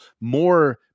more